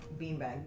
beanbag